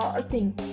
assim